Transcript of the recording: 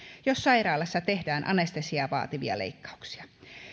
jos sairaalassa tehdään anestesiaa vaativia leikkauksia